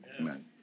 Amen